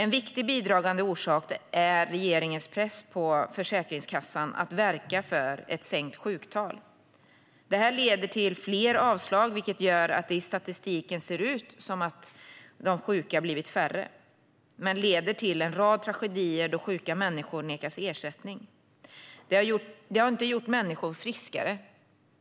En viktig bidragande orsak är regeringens press på Försäkringskassan att verka för ett sänkt sjuktal. Det leder till fler avslag, vilket gör att det i statistiken ser ut som att de sjuka blir färre. Det har inte gjort människor friskare. Men det leder till en rad tragedier då sjuka människor nekas ersättning.